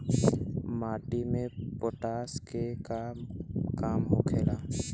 माटी में पोटाश के का काम होखेला?